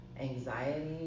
anxiety